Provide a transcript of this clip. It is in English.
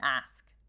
ask